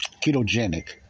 ketogenic